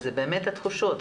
ובאמת אלו התחושות,